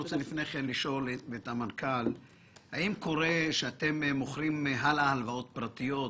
אני רוצה לשאול את המנכ"ל אם קורה שאתם מוכרים הלאה הלוואות פרטיות,